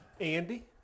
Andy